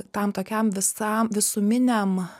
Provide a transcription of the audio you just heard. tam tokiam visam visuminiam